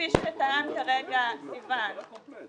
כפי שטען כרגע אורי דביר,